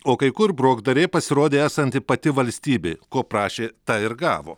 o kai kur brokdarė pasirodė esanti pati valstybė ko prašė tą ir gavo